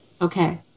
Okay